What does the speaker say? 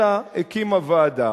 אלא הקימו ועדה.